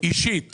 אישית